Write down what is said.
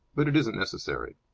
but it isn't necessary.